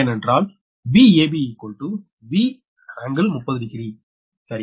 ஏனென்றால் Vab 𝑉∟300 சரியா